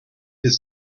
his